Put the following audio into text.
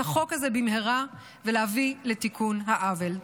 החוק הזה במהרה ולהביא לתיקון העוול.